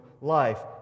life